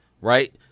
right